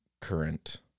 current